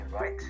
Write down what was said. right